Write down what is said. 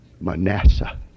Manasseh